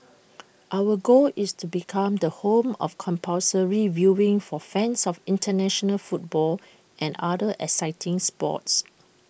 our goal is to become the home of compulsory viewing for fans of International football and other exciting sports